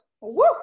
woo